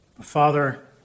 Father